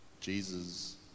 Jesus